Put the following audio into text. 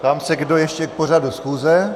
Ptám se, kdo ještě k pořadu schůze.